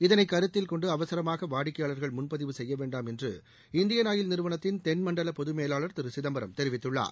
இதனை கருத்தில் அவசரமாக வாடிக்கையாளர்ள் முன்பதிவு செய்ய வேண்டாம் என்று இந்தியன் ஆயில் நிறுவனத்தின் தென்மண்டல பொது மேலாளர் திரு சிதம்பரம் தெரிவித்துள்ளார்